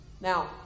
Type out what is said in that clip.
Now